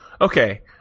okay